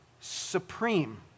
supreme